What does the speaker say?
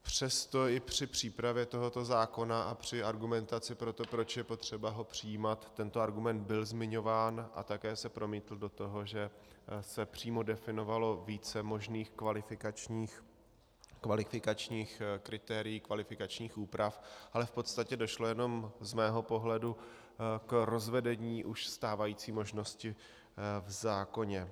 Přesto i při přípravě tohoto zákona a při argumentaci pro to, proč je potřeba ho přijímat, tento argument byl zmiňován a také se promítl do toho, že se přímo definovalo více možných kvalifikačních kritérií, kvalifikačních úprav, ale v podstatě došlo jenom z mého pohledu k rozvedení už stávající možnosti v zákoně.